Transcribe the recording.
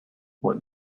what